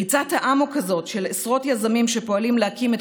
ריצת האמוק הזאת של עשרות יזמים שפועלים להקים את